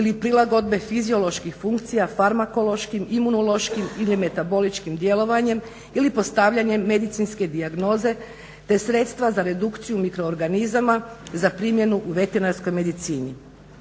ili prilagodbe fizioloških funkcija farmakološkim, imunološkim ili metaboličkim djelovanjem ili postavljanjem medicinske dijagnoze te sredstva za redukciju mikroorganizama za primjenu u veterinarskoj medicini.